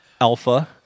Alpha